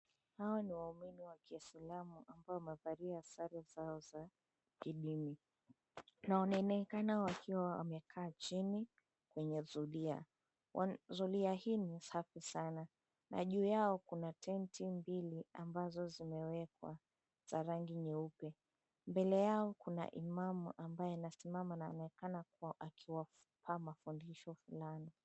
Hawa ni waumini wa kiislamu ambao wamevalia sare zao za kidinika, na wanaonekana wakiwa wamekaa chini kwenye zulia. Zulia hii ni safi sana, na juu yao kuna tenti mbili ambazo zimewekwa za rangi nyeupe. Mbele yao kuna imamu ambaye anasimama na ameonekana kuwa akiwapa mafundisho fulani.